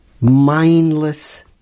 mindless